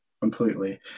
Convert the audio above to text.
completely